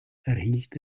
erhielt